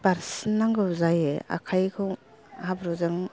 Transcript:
बारसिननांगौ जायो आखाइखौ हाब्रुजों